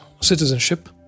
citizenship